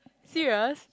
serious